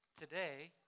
Today